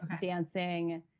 dancing